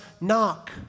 knock